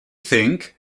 think